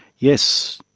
yes,